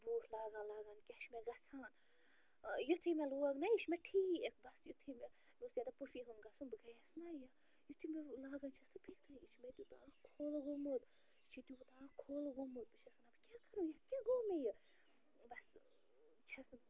بوٗٹھ لاگان لاگان کیٛاہ چھُ مےٚ گَژھان آ یُتھُے مےٚ لوگ نا یہِ چھُ مےٚ ٹھیٖک بَس یُتھُے مےٚ مےٚ اوس ییٚتٮ۪ن پوٗپھی ہُنٛد گَژھُن بہٕ گٔیَس نا یہِ یُتھٕے مےٚ لاگان چھَس تہٕ تِتھُے یہِ چھُ مےٚ تیٛوٗتاہ کھُلہٕ گوٚمُت یہِ چھُ تیٛوٗتاہ کھوٚل گوٚمُت بہٕ کیٛاہ کرٕ یتھ کیٛاہ گَو مےٚ یہِ بَس چھَس نہٕ